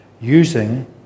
using